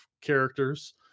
characters